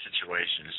situations